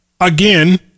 Again